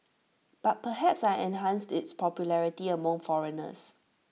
but perhaps I enhanced its popularity among foreigners